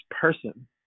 person